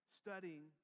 studying